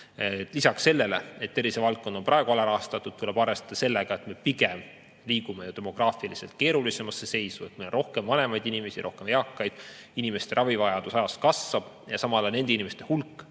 Lisaks sellele, et tervisevaldkond on praegu alarahastatud, tuleb arvestada sellega, et me pigem liigume demograafiliselt keerulisemasse seisu. Meil on rohkem vanemaid inimesi, rohkem eakaid. Inimeste ravivajadus ajas kasvab, aga samal ajal nende inimeste hulk,